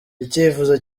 icyifuzo